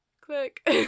click